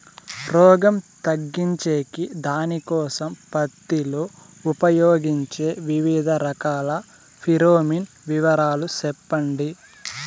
రోగం తగ్గించేకి దానికోసం పత్తి లో ఉపయోగించే వివిధ రకాల ఫిరోమిన్ వివరాలు సెప్పండి